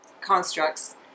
constructs